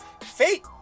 fate